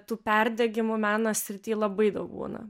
tų perdegimų meno srity labai daug būna